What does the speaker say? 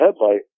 headlight